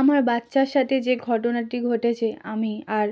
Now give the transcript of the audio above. আমার বাচ্চার সাথে যে ঘটনাটি ঘটেছে আমি আর